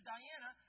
Diana